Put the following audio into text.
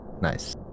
Nice